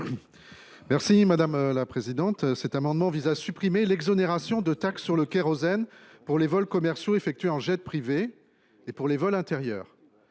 est à M. Hervé Gillé. Cet amendement vise à supprimer l’exonération de taxe sur le kérosène pour les vols commerciaux effectués en jets privés et pour les vols intérieurs.